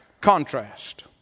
contrast